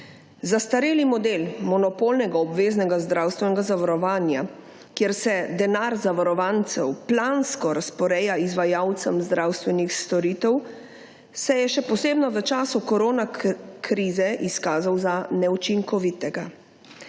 Zastareli model monopolnega obveznega zdravstvenega zavarovanja, kjer se denar zavarovancev plansko razporeja izvajalcem zdravstvenih storitev, se je še posebno v času koronakrize izkazal za neučinkovitega.